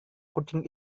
kucing